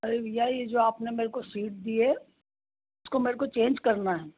अरे भैया यह जो आपने मेरे को सीट दी है इसको मेरे को चेंज करना है